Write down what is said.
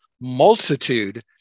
multitude